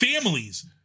families